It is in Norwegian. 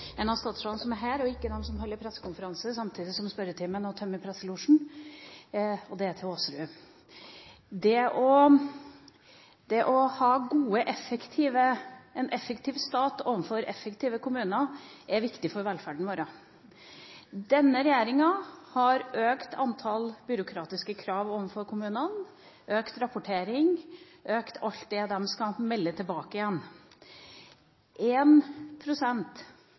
en av statsrådene som er her – og ikke til dem som holder pressekonferanse og tømmer presselosjen samtidig som vi har spørretimen – og det er til statsråd Aasrud. Det å ha en effektiv stat overfor effektive kommuner er viktig for velferden vår. Denne regjeringa har økt antall byråkratiske krav overfor kommunene, økt rapportering og økt alt det som kommunene skal melde tilbake.